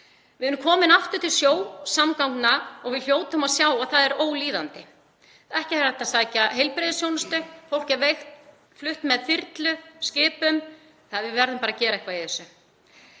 Við erum komin aftur til sjósamgangna og við hljótum að sjá að það er ólíðandi. Það er ekki hægt að sækja heilbrigðisþjónustu, veikt fólk er flutt með þyrlu, skipum — við verðum bara að gera eitthvað í þessu.